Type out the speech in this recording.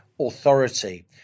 authority